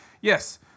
yes